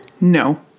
no